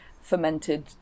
fermented